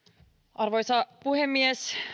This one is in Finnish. arvoisa puhemies